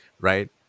right